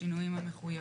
בשינויים המחויבים,